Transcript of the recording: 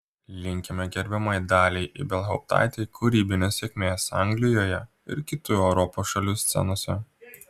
linkime gerbiamai daliai ibelhauptaitei kūrybinės sėkmės anglijoje ir kitų europos šalių scenose